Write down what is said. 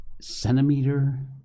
centimeter